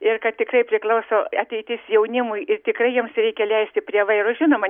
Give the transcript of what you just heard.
ir kad tikrai priklauso ateitis jaunimui ir tikrai jiems reikia leisti prie vairo žinoma